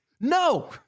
No